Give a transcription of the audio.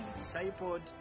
discipled